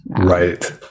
right